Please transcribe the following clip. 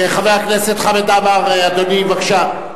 חבר הכנסת חמד עמאר, בבקשה.